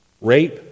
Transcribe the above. rape